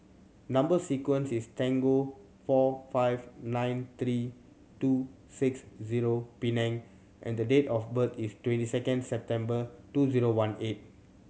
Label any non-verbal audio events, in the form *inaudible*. number sequence is *unintelligible* four five nine three two six zero *unintelligible* and the date of birth is twenty second September two zero one eight